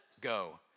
go